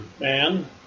man